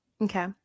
Okay